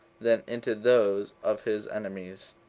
than into those of his enemies.